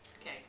Okay